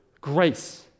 Grace